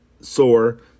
sore